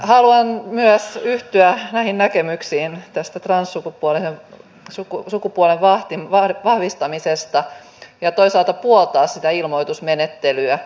haluan myös yhtyä näihin näkemyksiin tästä transsukupuolen osu kuin sukupuolen bahtin värit vahvistamisesta ja toisaalta puoltaa sitä ilmoitusmenettelyä